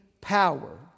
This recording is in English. power